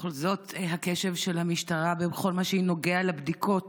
ובכל זאת, הקשב של המשטרה בכל מה שנוגע לבדיקות